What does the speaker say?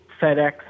FedEx